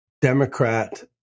Democrat